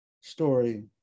story